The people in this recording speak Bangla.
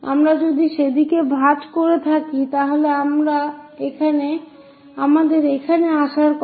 আমরা যদি সেদিকে ভাঁজ করে থাকি তাহলে এখানে আসার কথা